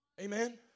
Amen